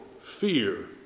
fear